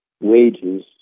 wages